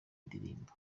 ndirimbo